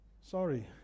Sorry